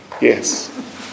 Yes